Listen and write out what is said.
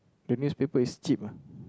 the newspaper is cheap ah